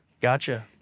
gotcha